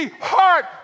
heart